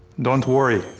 don't worry,